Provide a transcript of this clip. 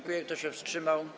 Kto się wstrzymał?